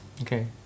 Okay